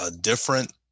different